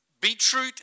beetroot